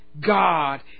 God